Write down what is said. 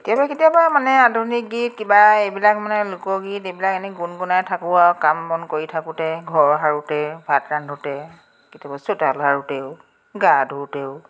কেতিয়াবা কেতিয়াবা মানে আধুনিক গীত কিবা এইবিলাক মানে লোকগীত এইবিলাক গুণগুণাই থাকোঁ আৰু কাম বন কৰি থাকোঁতে ঘৰ সাৰোঁতে ভাত ৰান্ধোতে কেতিয়াবা চোতাল সাৰোঁতেই গা ধুওঁতেও